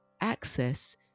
access